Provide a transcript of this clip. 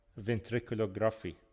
ventriculography